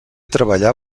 treballà